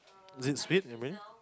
is it sweet I mean